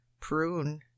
prune